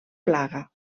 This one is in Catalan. plaga